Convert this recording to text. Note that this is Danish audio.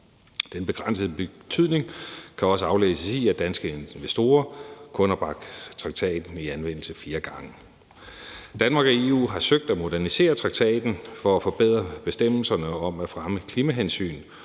Den begrænsede betydning kan også aflæses i, at danske investorer kun har bragt traktaten i anvendelse fire gange. Danmark og EU har søgt at modernisere traktaten for at forbedre bestemmelserne om at fremme klimahensyn